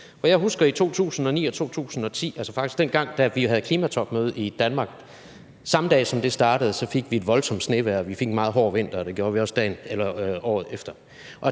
Jeg husker 2009 og 2010, altså dengang, da vi havde klimatopmøde i Danmark, og der fik vi faktisk samme dag, som det startede, et voldsomt snevejr, og vi fik en meget hård vinter. Det gjorde vi også året efter.